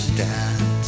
dance